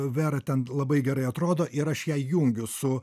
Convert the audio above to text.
vera ten labai gerai atrodo ir aš ją jungiu su